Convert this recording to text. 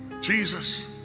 Jesus